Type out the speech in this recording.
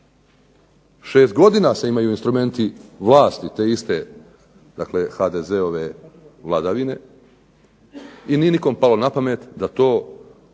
6 godina se imaju instrumenti vlasti te iste, dakle HDZ-ove vladavine, i nije nikom palo na pamet da to,